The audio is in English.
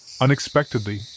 Unexpectedly